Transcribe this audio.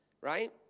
right